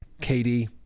Katie